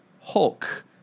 hulk